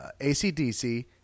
ACDC